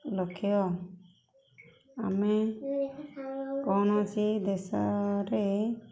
ଲକ୍ଷ୍ୟ ଆମେ କୌଣସି ଦେଶରେ